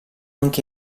anche